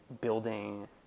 building